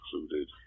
included